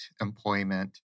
employment